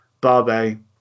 Barbe